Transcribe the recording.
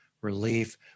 Relief